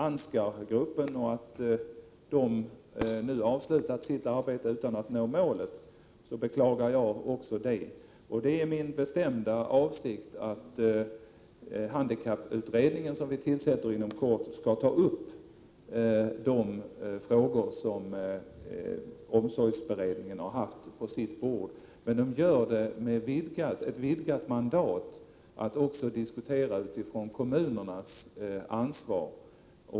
Ansgar-gruppen nu avslutat sitt arbete utan att ha uppnått målet för utredningen. Det är min bestämda avsikt att den handikapputredning som vi tillsätter inom kort skall ta upp de frågor som omsorgsberedningen haft att behandla. Men det kommer att ske med ett vidgat mandat att diskutera även utifrån kommunernas ansvar.